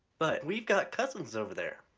but we've got cousins over there!